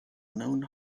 known